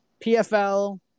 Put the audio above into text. PFL